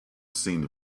seemed